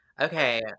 Okay